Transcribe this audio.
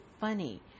funny